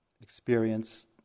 experience